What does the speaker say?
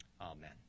amen